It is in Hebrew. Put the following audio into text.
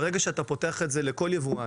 ברגע שאתה פותח את זה לכל יבואן,